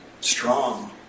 strong